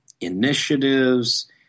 initiatives